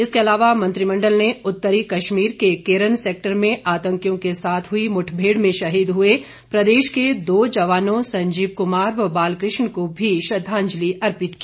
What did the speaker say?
इसके अलावा मंत्रिमंडल ने उत्तरी कश्मीर के केरन सैक्टर में आतंकियों के साथ हुई मुठभेड़ में शहीद हुए प्रदेश के दो जवानों संजीव कुमार व बालकृष्ण को भी श्रद्वांजलि अर्पित की